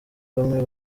bamwe